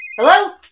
hello